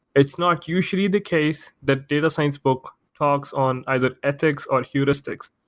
it's not usually the case that data science book talks on either ethics or heuristics.